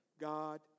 God